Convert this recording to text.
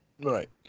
Right